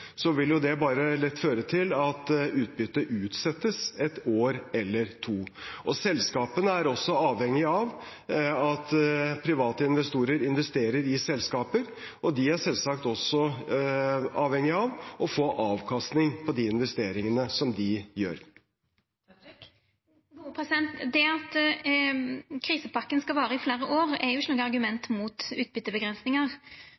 vil det bare lett føre til at utbyttet utsettes et år eller to. Selskapene er også avhengig av at private investorer investerer i selskaper, og de er selvsagt også avhengig av å få avkastning på de investeringene som de gjør. Det at krisepakka skal vara i fleire år, er